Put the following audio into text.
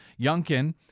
Youngkin